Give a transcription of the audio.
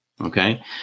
Okay